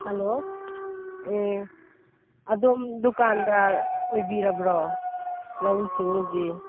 hello ꯑꯗꯣꯝ ꯗꯨꯀꯥꯟꯗꯥꯔ ꯑꯣꯏꯕꯤꯔꯕꯣ ꯂꯧꯎ ꯁꯤꯡꯎꯒꯤ